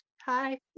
hi